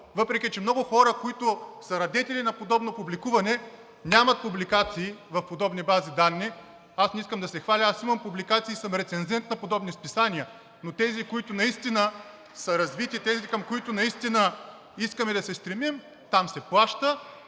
въпреки че много хора, които са радетели на подобно публикуване, нямат публикации в подобни бази данни. Аз не искам да се хваля, аз имам публикации и съм рецензент на подобни списания, но тези, които наистина са развити, тези, към които наистина искаме да се стремим, там се плаща.